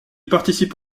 participe